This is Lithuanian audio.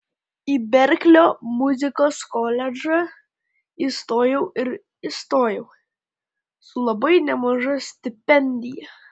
į berklio muzikos koledžą įstojau ir įstojau su labai nemaža stipendija